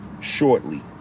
Shortly